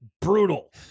brutal